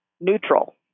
neutral